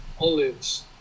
olives